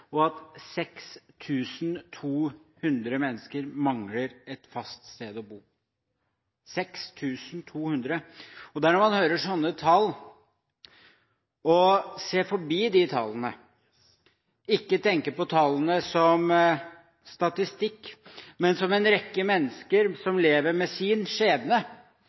at 6 200 mennesker mangler et fast sted å bo – 6 200. Det er når man hører sånne tall og ser forbi de tallene, ikke tenker på tallene som statistikk, men som en rekke mennesker som lever med sin